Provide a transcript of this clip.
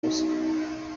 ruswa